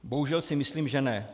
Bohužel si myslím že ne.